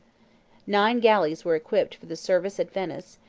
nine galleys were equipped for the service at venice,